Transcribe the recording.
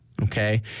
Okay